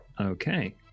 Okay